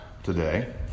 today